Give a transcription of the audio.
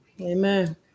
Amen